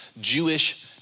Jewish